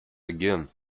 again